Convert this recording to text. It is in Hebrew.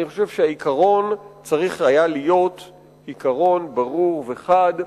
אני חושב שהעיקרון צריך היה להיות עיקרון ברור וחד,